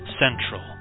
Central